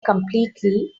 completely